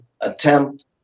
attempt